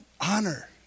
Honor